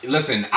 Listen